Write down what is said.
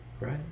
right